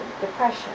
depression